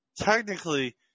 technically